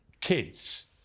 kids